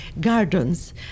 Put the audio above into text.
gardens